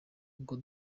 ubwo